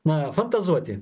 na fantazuoti